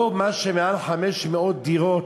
לא מה שמעל 500 דירות,